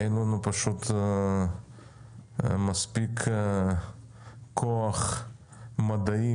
אין לנו פשוט מספיק כוח מדעי,